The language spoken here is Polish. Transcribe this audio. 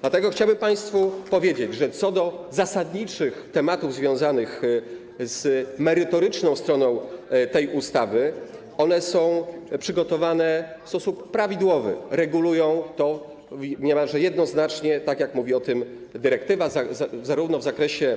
Dlatego chciałbym państwu powiedzieć, że co do zasadniczych tematów związanych z merytoryczną stroną tej ustawy, one są przygotowane w sposób prawidłowy, regulują to niemalże jednoznacznie, tak jak mówi o tym dyrektywa, zarówno w zakresie